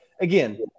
again